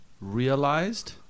realized